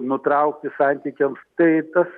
nutraukti santykiams tai tas